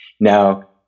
Now